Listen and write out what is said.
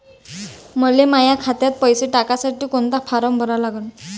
मले माह्या खात्यात पैसे टाकासाठी कोंता फारम भरा लागन?